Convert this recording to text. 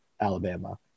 Alabama